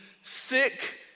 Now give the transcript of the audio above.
sick